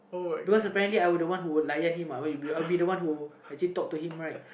because apparently I would the one who would him I'll be the one who actually talk to him right